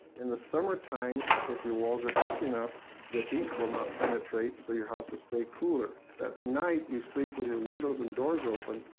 in the summertime, if your walls are thick enough, the heat will not penetrate, so your house will stay cooler. at night you sleep with your windows and doors open,